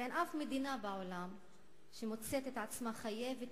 ואין אף מדינה בעולם שמוצאת את עצמה חייבת